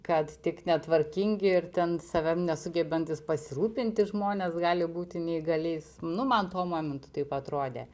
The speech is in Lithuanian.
kad tik netvarkingi ir ten savim nesugebantys pasirūpinti žmonės gali būti neįgaliais nu man tuo momentu taip atrodė